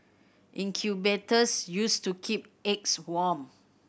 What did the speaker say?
incubators used to keep eggs warm